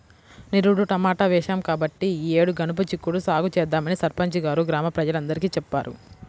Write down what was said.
నిరుడు టమాటా వేశాం కాబట్టి ఈ యేడు గనుపు చిక్కుడు సాగు చేద్దామని సర్పంచి గారు గ్రామ ప్రజలందరికీ చెప్పారు